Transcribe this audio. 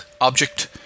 object